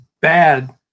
bad